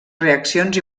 reaccions